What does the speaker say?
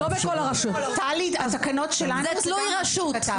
זה תלוי רשות.